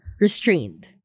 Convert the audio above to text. restrained